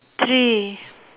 three